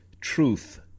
truth